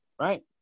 Right